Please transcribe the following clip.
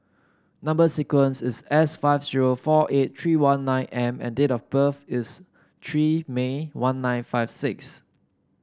number sequence is S five zero four eight three one nine M and date of birth is three May one nine five six